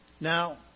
Now